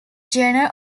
genre